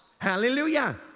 Hallelujah